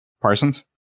Parsons